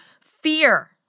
fear